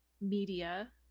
media